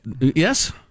yes